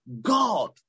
God